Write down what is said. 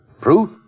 Proof